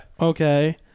Okay